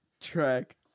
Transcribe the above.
Track